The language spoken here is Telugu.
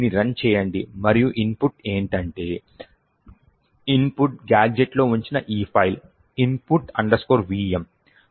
దీన్ని రన్ చేయండి మరియు ఇన్పుట్ ఏంటంటే ఇన్పుట్ గాడ్జెట్లు ఉంచిన ఈ ఫైల్ input vm